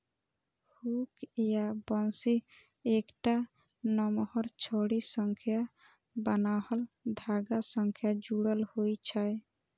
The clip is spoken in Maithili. हुक या बंसी एकटा नमहर छड़ी सं बान्हल धागा सं जुड़ल होइ छै